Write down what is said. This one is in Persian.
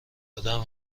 ادم